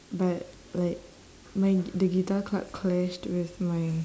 but like my the guitar club clashed with my